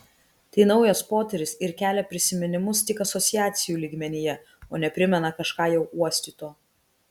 tai naujas potyris ir kelia prisiminimus tik asociacijų lygmenyje o ne primena kažką jau uostyto